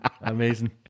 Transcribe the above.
Amazing